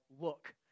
Look